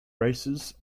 races